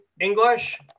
English